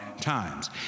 times